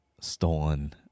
stolen